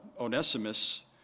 Onesimus